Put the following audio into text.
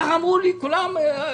ככה אמרו לי, כולם.